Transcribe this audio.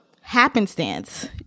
happenstance